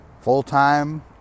full-time